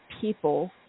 people